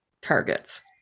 targets